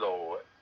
Lord